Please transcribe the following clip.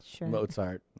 Mozart